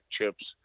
chips